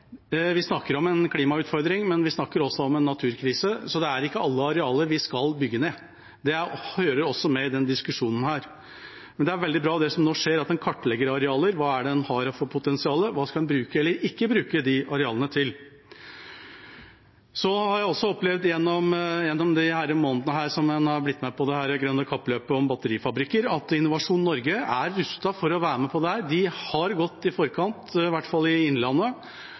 Vi snakker om en klimautfordring, men vi snakker også om en naturkrise, så det er ikke alle arealer vi skal bygge ned, det hører også med i denne diskusjonen. Men det er veldig bra det som nå skjer, at man kartlegger arealer: Hva er det man har av potensial, hva skal man bruke eller ikke bruke de arealene til? Jeg har opplevd gjennom disse månedene som man har blitt med på dette grønne kappløpet om batterifabrikker, at Innovasjon Norge er rustet for å være med på dette. De har gått i forkant, i hvert fall i innlandet,